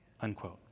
unquote